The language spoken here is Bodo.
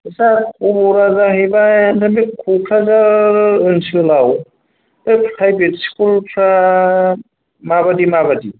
ओम आटसा खबरा जाहैबाय माने क'क्राझार ओनसोलाव बे प्राइभेट स्कुलफ्रा माबादि माबादि